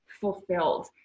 fulfilled